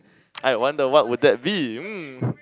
I wonder what would that be mm